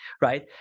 Right